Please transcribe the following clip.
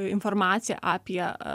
informaciją apie